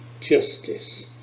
justice